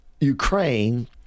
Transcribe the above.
Ukraine